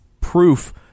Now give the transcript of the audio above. proof